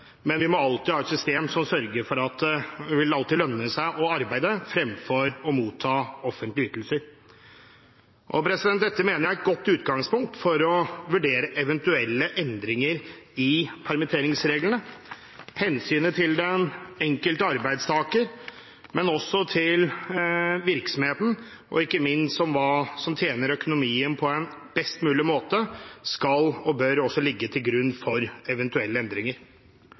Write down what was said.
men vi må alltid ha et system som sørger for at det alltid vil lønne seg å arbeide fremfor å motta offentlige ytelser. Dette mener jeg er et godt utgangspunkt for å vurdere eventuelle endringer i permitteringsreglene. Hensynet til den enkelte arbeidstaker, men også til virksomheten og ikke minst til hva som tjener økonomien på en best mulig måte, skal og bør ligge til grunn for eventuelle endringer.